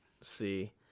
see